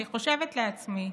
אני חושבת לעצמי,